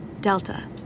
Delta